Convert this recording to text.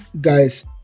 Guys